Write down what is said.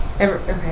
Okay